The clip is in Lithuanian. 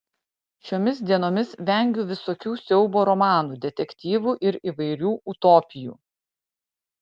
šiomis dienomis vengiu visokių siaubo romanų detektyvų ir įvairių utopijų